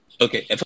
okay